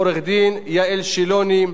עורכת-הדין יעל שילוני,